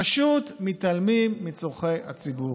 פשוט מתעלמים מצורכי הציבור.